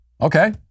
Okay